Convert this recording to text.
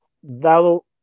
dado